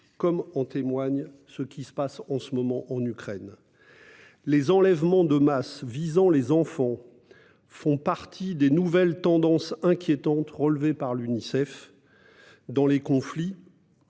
comme en témoigne la situation actuelle en Ukraine. Les enlèvements de masse visant les enfants font partie des nouvelles tendances inquiétantes relevées par l'Unicef dans les conflits.